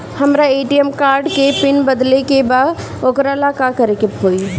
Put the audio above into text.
हमरा ATM card के PIN बदले के बा वोकरा ला का करे के होई?